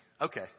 Okay